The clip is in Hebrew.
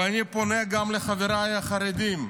ואני פונה גם לחבריי החרדים: